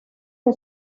que